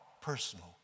personal